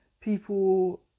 people